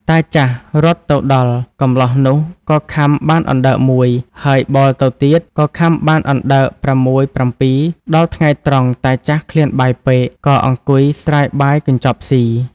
តាចាស់រត់ទៅដល់ កម្លោះនោះក៏ខាំបានអណ្ដើកមួយ ហើយបោលទៅទៀត ក៏ខាំបានអណ្ដើក ៦-៧ ដល់ថ្ងៃត្រង់តាចាស់ឃ្លានបាយពេក ក៏អង្គុយស្រាយបាយកញ្ចប់ស៊ី។